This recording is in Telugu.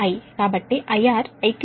కాబట్టి IR I కి సమానం I మీ I IC